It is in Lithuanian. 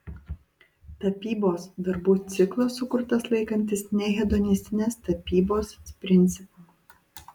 tapybos darbų ciklas sukurtas laikantis nehedonistinės tapybos principų